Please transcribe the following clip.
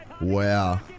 Wow